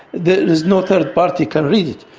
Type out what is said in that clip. there is no third party can read it.